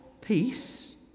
peace